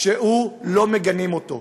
ולא מגנים אותו.